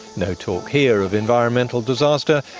no talk here of environmental disaster,